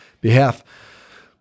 behalf